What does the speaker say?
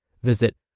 Visit